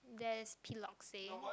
there's piloxing